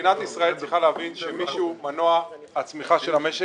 שמדינת ישראל צריכה להבין שמי שהוא מנוע הצמיחה של המשק,